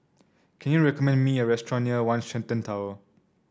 can you recommend me a restaurant near One Shenton Tower